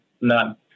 none